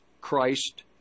Christ